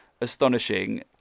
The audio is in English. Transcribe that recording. astonishing